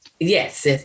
Yes